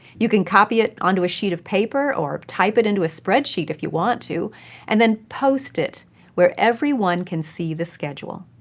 you can copy it onto a sheet of paper or type it into a spreadsheet if you want to. and then post it where everyone can see the schedule.